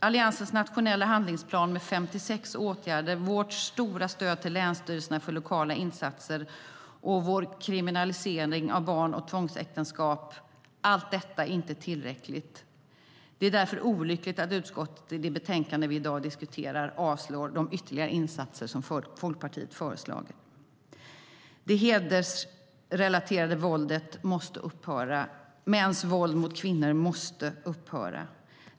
Alliansens nationella handlingsplan med 56 åtgärder, vårt stora stöd till länsstyrelserna för lokala insatser och vår kriminalisering av barn och tvångsäktenskap - allt detta är inte tillräckligt. Det är därför olyckligt att utskottet i det betänkande vi i dag diskuterar avstyrker de ytterligare insatser som Folkpartiet föreslagit. Det hedersrelaterade våldet måste upphöra. Mäns våld mot kvinnor måste upphöra.